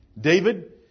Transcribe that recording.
David